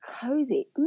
cozy